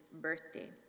birthday